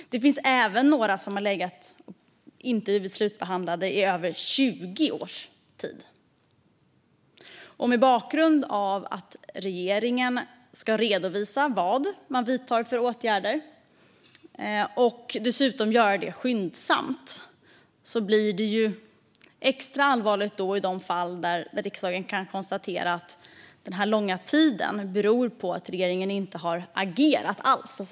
Det finns även några som inte slutbehandlats på över 20 år. Mot bakgrund av att regeringen ska redovisa vilka åtgärder man vidtar och dessutom göra det skyndsamt blir det extra allvarligt i de fall riksdagen kan konstatera att den långa tiden beror på att regeringen inte har agerat alls.